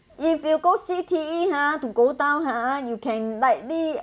if you go C_T_E hor to go down hor you can likely